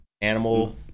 Animal